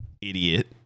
idiot